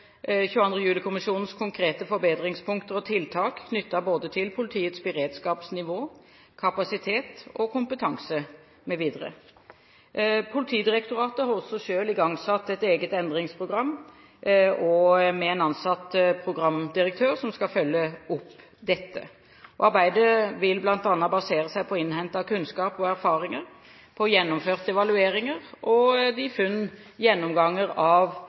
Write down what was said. konkrete forbedringspunkter og tiltak knyttet både til politiets beredskapsnivå, kapasitet og kompetanse mv. Politidirektoratet har også selv igangsatt et eget endringsprogram og med en ansatt programdirektør som skal følge opp dette. Arbeidet vil bl.a. basere seg på innhentet kunnskap og erfaringer, på gjennomførte evalueringer og de funn gjennomganger av